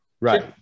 Right